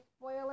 spoiler